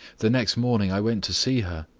the next morning i went to see her,